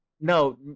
No